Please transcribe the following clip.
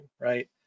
right